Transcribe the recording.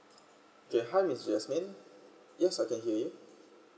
okay hi miss jasmin yes I can hear you